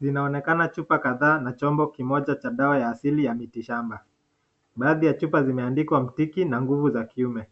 Zinaonekana chupa kadhaa na chombo kimoja cha dawa ya asili ya miti shamba .Baadhi ya chupa zimeandikwa mtiki na nguvu za kiume